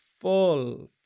full